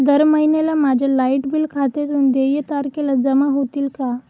दर महिन्याला माझ्या लाइट बिल खात्यातून देय तारखेला जमा होतील का?